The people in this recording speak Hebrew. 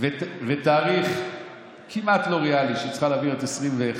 2020 ותאריך כמעט לא ריאלי שבו היא צריכה להעביר את 2021,